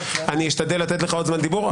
אני אשתדל לתת לך עוד זמן דיבור,